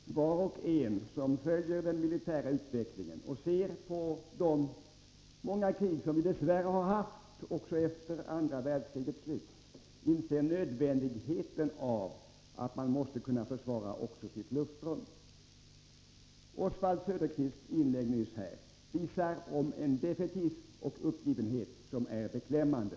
Herr talman! Var och en som följer den militära utvecklingen och ser på de många krig som dess värre har förekommit efter andra världskrigets slut inser nödvändigheten av att man kan försvara också sitt luftrum. Oswald Söderqvists inlägg nyss här tyder på en defaitism och uppgivenhet som är beklämmande.